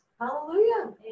hallelujah